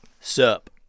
Sup